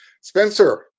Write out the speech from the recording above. Spencer